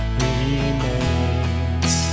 remains